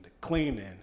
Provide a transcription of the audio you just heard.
cleaning